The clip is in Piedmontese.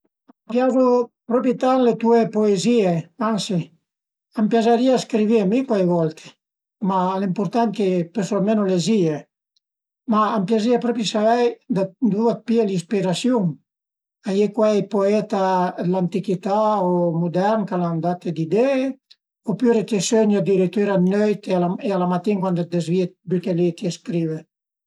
Ün di eru ënt ël bosch che travaiavu, resiavu cun üna resia nurmala ën po dë bosch e l'avìu le spale girà a valle vers la valada e l'ai resià ën toch dë bosch, pöi a ün certo punto l'ai fait për gireme e sun restà ëngancià cun ün pe ën üna runza e l'ai fait la capriola ën darera e sun truvame setà, ai pa capì cume l'ai fait